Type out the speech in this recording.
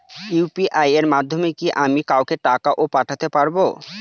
UPI এর মাধ্যমে কি আমি কাউকে টাকা ও পাঠাতে পারবো?